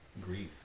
grief